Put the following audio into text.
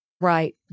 Right